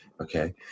Okay